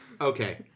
Okay